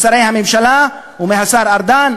משרי הממשלה ומהשר ארדן,